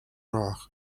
rug